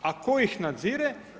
A tko ih nadzire?